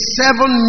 seven